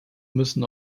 müssen